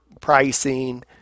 pricing